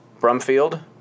Brumfield